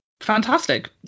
Fantastic